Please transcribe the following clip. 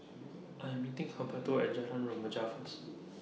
I'm meeting Humberto At Jalan Remaja First